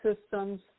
systems